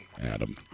Adam